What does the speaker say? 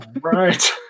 right